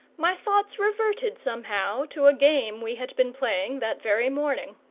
my thoughts reverted somehow to a game we had been playing that very morning.